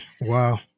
wow